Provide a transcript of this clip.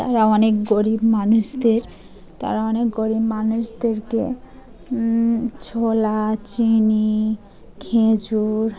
তারা অনেক গরিব মানুষদের তারা অনেক গরিব মানুষদেরকে ছোলা চিনি খেজুর